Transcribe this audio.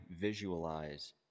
visualize